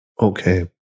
Okay